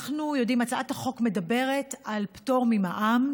הצעת החוק מדברת על פטור ממע"מ.